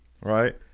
right